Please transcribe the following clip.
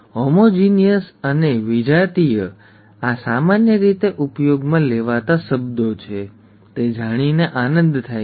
homozygous અને વિજાતીય આ સામાન્ય રીતે ઉપયોગમાં લેવાતા શબ્દો છે તે જાણીને આનંદ થાય છે